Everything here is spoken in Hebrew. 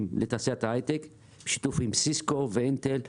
לתעשיית ההייטק בשיתוף עם סיסקו ואינטל ו-KLA.